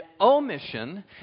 omission